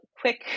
quick